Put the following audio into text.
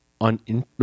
on